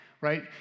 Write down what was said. Right